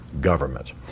government